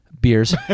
beers